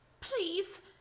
Please